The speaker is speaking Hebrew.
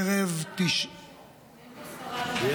אין פה שרה, לדעתי.